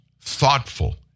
thoughtful